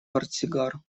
портсигар